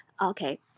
Okay